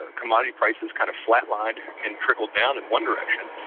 ah commodity prices kind of flat lined and trickled down in one direction,